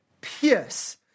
pierce